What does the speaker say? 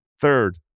Third